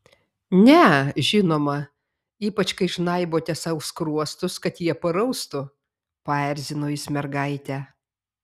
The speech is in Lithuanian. ne žinoma ypač kai žnaibote sau skruostus kad jie paraustų paerzino jis mergaitę